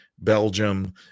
belgium